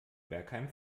bergheim